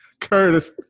Curtis